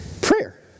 Prayer